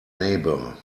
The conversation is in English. neighbour